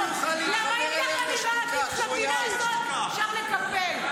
למה אם כך נראה העתיד של המדינה הזו, אפשר לקפל.